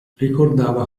ricordava